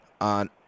on